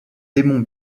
démons